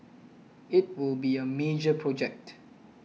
it will be a major project